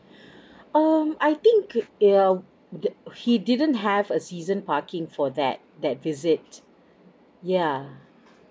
um I think if err that he didn't have a season parking for that that visit yeah